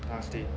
half day